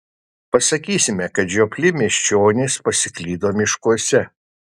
pasakysime kad žiopli miesčionys pasiklydo miškuose